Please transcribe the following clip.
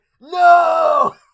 no